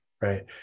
right